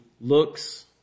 looks